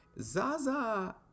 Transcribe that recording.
Zaza